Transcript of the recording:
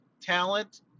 talent